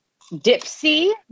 Dipsy